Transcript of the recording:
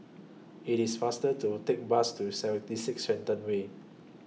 IT IS faster to Take Bus to seventy six Shenton Way